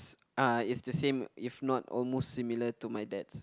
uh is the same if not almost similar to my dad's